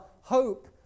hope